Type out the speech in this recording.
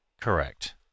Correct